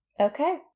Okay